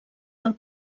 del